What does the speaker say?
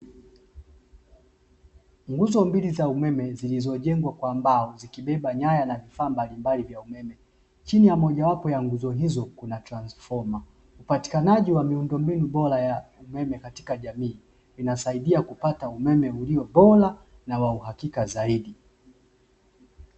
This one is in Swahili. Nguzo mbili za umeme zilizojengwa kwa mbao zikibeba nyanya na vifaa mbalimbali vya umeme, chini ya mojawapo ya nguzo hizo kuna transifoma. Upatikanaji wa miundombinu bora ya umeme katika jamii unasidia kupata umeme ulio bora na wa uhakika zaidi.